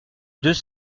deux